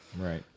right